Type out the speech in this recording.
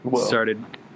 started